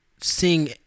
seeing